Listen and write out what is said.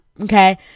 okay